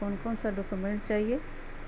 کون کون سا ڈاکومینٹ چاہیے